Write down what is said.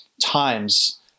times